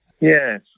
Yes